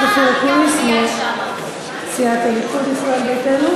איזה ספינה אתה מדבר, על ה"מרמרה"?